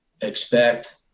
expect